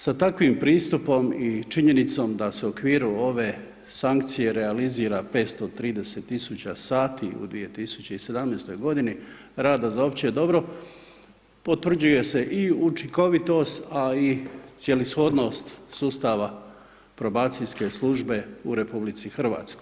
Sa takvim pristupom i činjenicom da se u okviru ove sankcije realizira 530 000 sati u 2017.g. rada za opće dobro, potvrđuje se i učinkovitost, a i cjelishodnost sustava Probacijske službe u RH.